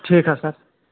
ٹھیٖک حظ سَر